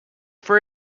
for